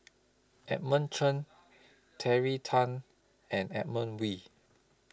Edmund Chen Terry Tan and Edmund Wee